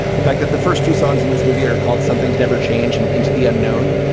the fact that the first two songs in this movie are called some things never change and into the unknown.